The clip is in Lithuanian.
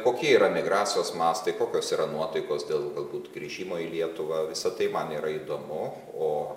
kokie yra migracijos mastai kokios yra nuotaikos dėl galbūt grįžimo į lietuvą visa tai man yra įdomu o